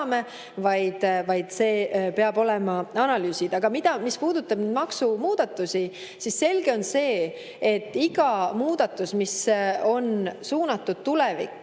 vaid peavad olema analüüsid. Aga mis puudutab maksumuudatusi, siis selge on see, et iga muudatus, mis on suunatud tulevikku,